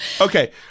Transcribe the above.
Okay